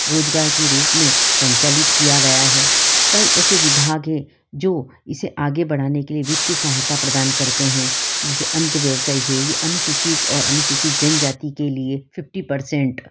रोज़गार के रूप में संचालित किया गया है कई ऐसे विभाग हैं जो इसे आगे बढ़ाने के लिए वित्तीय सहायता प्रदान करते हैं जैसे अंत व्यवसाय है यह अनुसूचित और अनुसूचित जनजाति के लिए फिफ़्टी परसेंट